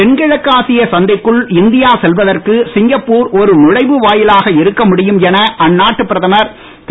தென்கிழக்காசிய சந்தைக்குள் இந்தியா செல்வதற்கு சிங்கப்பூர் ஒரு நுழைவு வாயிலாக இருக்க முடியும் என அந்நாட்டு பிரதமர் திரு